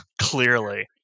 Clearly